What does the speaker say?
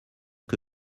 que